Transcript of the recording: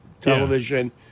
Television